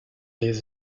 des